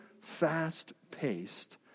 fast-paced